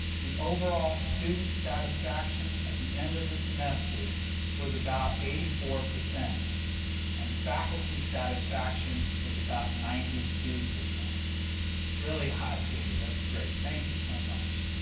the overall student satisfaction at the end of the semester was about eighty four percent and faculty satisfaction was about ninety two percent really high. that's great. thank you so much.